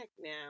now